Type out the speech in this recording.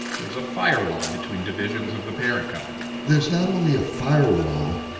there's a firewall between divisions of the parent company there's not only a firewall,